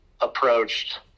approached